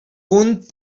punt